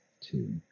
two